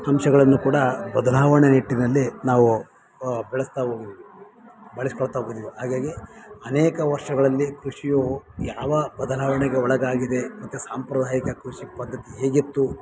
ಅಂಶಗಳನ್ನು ಕೂಡ ಬದಲಾವಣೆ ನಿಟ್ಟಿನಲ್ಲಿ ನಾವು ಬೆಳೆಸ್ತಾ ಹೋಗಿದಿವಿ ಬಳಸಿಕೊಳ್ತಾ ಹೋಗಿದಿವಿ ಹಾಗಾಗಿ ಅನೇಕ ವರ್ಷಗಳಲ್ಲಿ ಕೃಷಿಯು ಯಾವ ಬದಲಾವಣೆಗೆ ಒಳಗಾಗಿದೆ ಮತ್ತು ಸಾಂಪ್ರದಾಯಿಕ ಕೃಷಿಪದ್ದತಿ ಹೇಗಿತ್ತು